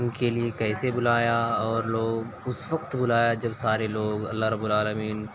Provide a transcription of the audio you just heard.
کے لیے کیسے بلایا اور لوگ اس وقت بلایا جب سارے لوگ اللہ رب العالمین